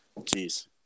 Jeez